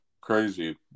crazy